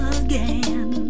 again